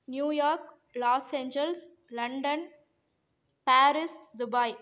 New York los angels London Paris Dubai